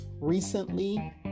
recently